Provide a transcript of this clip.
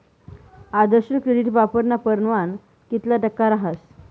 आदर्श credit वापरानं परमाण कितला टक्का रहास